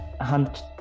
hunt